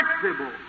Flexible